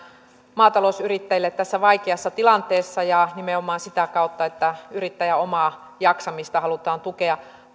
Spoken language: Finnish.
maatalousyrittäjille tässä vaikeassa tilanteessa ja nimenomaan sitä kautta että yrittäjän omaa jaksamista halutaan tukea